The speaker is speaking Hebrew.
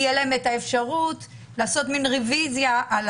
תהיה להם את האפשרות לעשות רוויזיה על